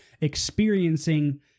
experiencing